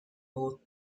both